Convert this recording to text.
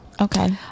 Okay